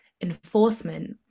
enforcement